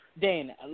Dane